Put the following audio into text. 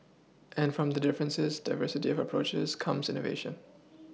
and from the differences the diversity of approaches comes innovation